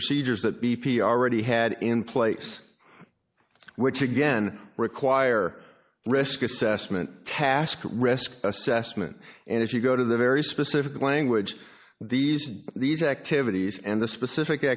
procedures that b p already had in place which again require risk assessment task risk assessment and if you go to the very specific language these are these activities and the specific